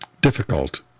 Difficult